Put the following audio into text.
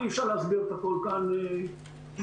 אי אפשר להסביר את הכל כאן בישיבה.